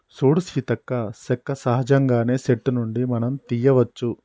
సూడు సీతక్క సెక్క సహజంగానే సెట్టు నుండి మనం తీయ్యవచ్చు